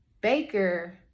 baker